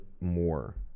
more